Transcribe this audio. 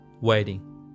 waiting